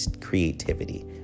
creativity